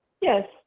yes